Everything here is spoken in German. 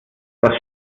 das